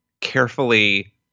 carefully